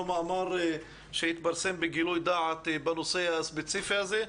מאמר שהתפרסם בגילוי דעת בנושא הספציפי הזה.